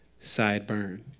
sideburn